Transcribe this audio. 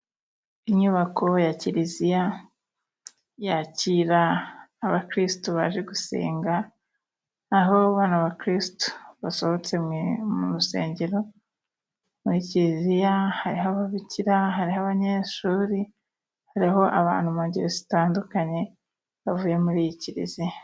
Inyubako ya kiliziya yakira abakirisitu baje gusenga, aho bano bakirisitu basohotse mu rusengero, muri kiliziya ,hariho ababikira, hariho abanyeshuri, hariho abantu mu ngeri zitandukanye bavuye muri iyi kiliziya.